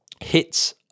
hits